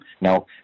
Now